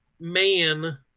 man